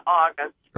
august